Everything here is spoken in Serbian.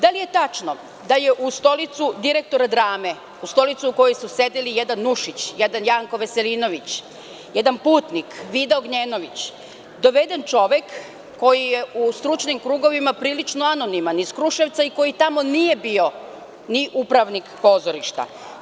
Da li je tačno da je u stolicu direktora Drame u stolicu u kojoj su sedeli Nušić, jedan Janko Veselinović, jedan Putnik, Vida Ognjenović, doveden čovek koji je u stručnim krugovima prilično anoniman, iz Kruševca i koji tamo nije bio ni upravnik pozorišta?